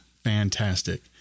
Fantastic